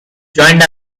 joined